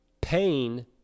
Pain